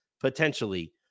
potentially